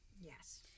yes